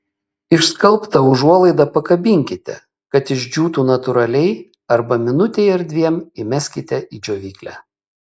išskalbtą užuolaidą pakabinkite kad išdžiūtų natūraliai arba minutei ar dviem įmeskite į džiovyklę